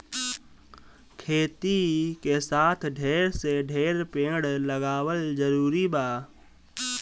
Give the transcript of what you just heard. खेती के साथे ढेर से ढेर पेड़ लगावल जरूरी बा